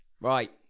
Right